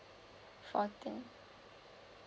fourteen